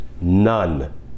None